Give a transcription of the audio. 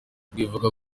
rivuga